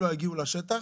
לא יגיעו לשטח.